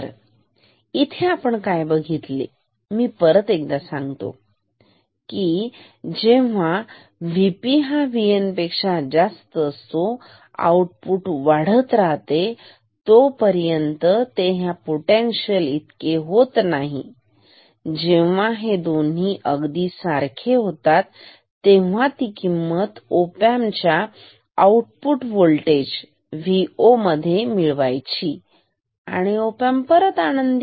तर इथे आपण काय बघितले की मी परत हे सांगत आहे की जेव्हा VP हा VN पेक्षा जास्त असतो आउटपुट वाढत राहते तोपर्यंत ते ह्या पोटेनशीय इतके होत नाही जेव्हा हे दोन्ही अगदी सारखे होतात तेव्हा ती किंमत ओपॅम्प च्या आउटपुट व्होल्टेज Vo मध्ये मिळवायची आणि ओपॅम्प परत आनंदी